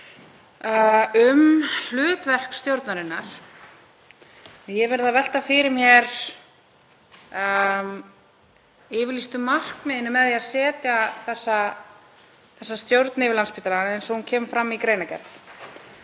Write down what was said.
um hlutverk stjórnarinnar. Ég hef verið að velta fyrir mér yfirlýstu markmiðunum með því að setja þessa stjórn yfir Landspítala, eins og þau koma fram í greinargerð.